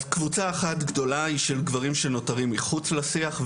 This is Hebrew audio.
אז קבוצה אחת גדולה היא של גברים שנותרים מחוץ לשיח,